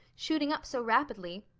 shooting up so rapidly